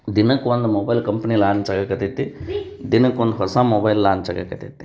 ದಿನಕ್ಕೊಂದು mobile company launch ಆಗಕತ್ತೈತಿ ದಿನಕ್ಕೊಂದು ಹೊಸ ಮೊಬೈಲ್ ಲಾಂಚ್ ಆಗಕತ್ತೈತಿ